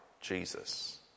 Jesus